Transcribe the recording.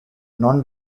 non